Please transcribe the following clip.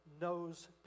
knows